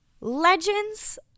Legends